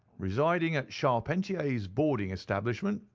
residing at charpentier's boarding establishment,